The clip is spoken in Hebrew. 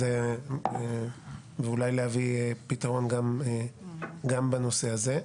ואולי להביא פתרון גם בנושא הזה.